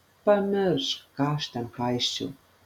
pamiršk ką aš ten paisčiau